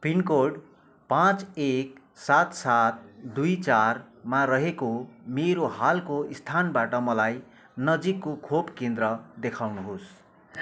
pin code पाँच एक सात सात दुई चारमा रहेको मेरो हालको स्थानबाट मलाई नजिकको खोप केन्द्र देखाउनुहोस्